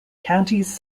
counties